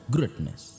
Greatness